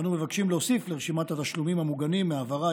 אנו מבקשים להוסיף לרשימת התשלומים המוגנים מהעברה,